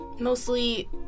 Mostly